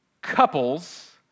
couples